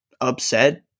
upset